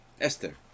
Esther